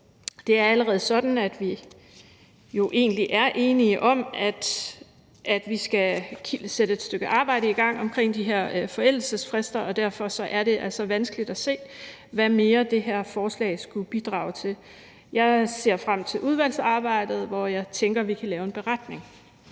det er allerede sådan, at vi egentlig er enige om, at vi skal sætte et stykke arbejde i gang om de her forældelsesfrister, og derfor er det altså vanskeligt at se, hvad mere det her forslag skulle bidrage med. Jeg ser frem til udvalgsarbejdet, hvor jeg tænker vi kan lave en beretning.